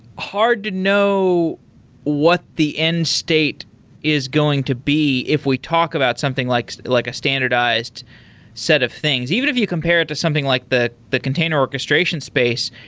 hard to know what the end state is going to be if we talk about something like like a standardized set of things, even if you compare it to something like the the container orchestration space.